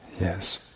Yes